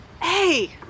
Hey